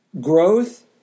Growth